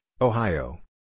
Ohio